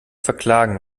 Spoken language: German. verklagen